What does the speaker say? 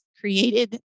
created